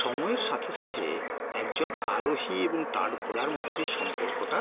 সময়ের সাথে সাথে একজন আরোহী এবং তার ঘোড়ার মধ্যে সম্পর্কটা